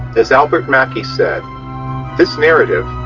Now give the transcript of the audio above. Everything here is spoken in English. as albert mackey said this narrative.